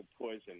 poison